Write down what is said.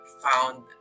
Found